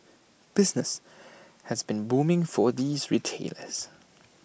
business has been booming for these retailers